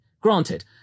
Granted